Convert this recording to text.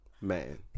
Man